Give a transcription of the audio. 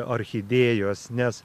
orchidėjos nes